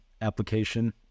application